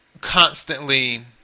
constantly